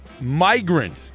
migrant